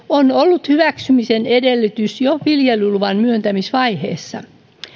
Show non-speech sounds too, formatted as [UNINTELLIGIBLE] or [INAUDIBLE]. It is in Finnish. [UNINTELLIGIBLE] on ollut hyväksymisen edellytys jo viljelyluvan myöntämisvaiheessa